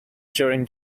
during